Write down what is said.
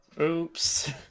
Oops